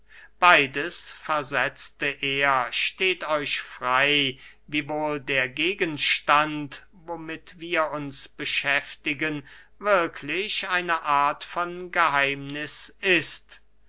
beides versetzte er steht euch frey wiewohl der gegenstand womit wir uns beschäftigten wirklich eine art von geheimniß ist